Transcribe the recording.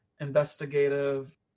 investigative